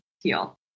heal